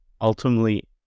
ultimately